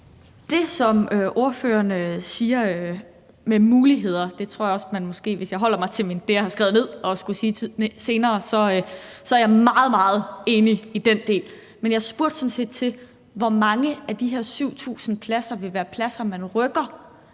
Det, som ordføreren siger, om muligheder – det tror jeg også at jeg, hvis jeg holder mig til det, jeg har skrevet ned, vil sige senere – er jeg meget, meget enig i. Men jeg spurgte sådan set til, hvor mange af de her 7.000 pladser der vil være pladser, man rykker,